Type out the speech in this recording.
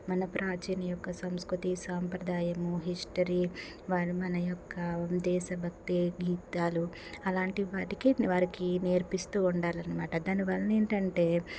మన ప్రాచీన యొక్క సంస్కృతి సాంప్రదాయము హిస్టరీ వారి మన యొక్క దేశభక్తి గీతాలు అలాంటి వాటికి వారికి నేర్పిస్తూ ఉండాలనమాట దానివల్ల ఏంటంటే